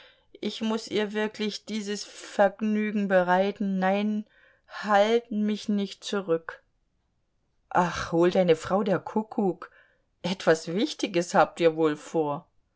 ich muß ihr wirklich dieses vergnügen bereiten nein halt mich nicht zurück ach hol deine frau der kuckuck etwas wichtiges habt ihr wohl vor